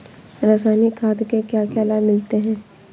रसायनिक खाद के क्या क्या लाभ मिलते हैं?